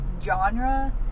genre